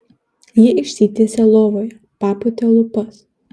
ji išsitiesė lovoje papūtė lūpas